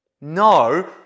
No